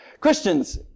Christians